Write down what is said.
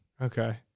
Okay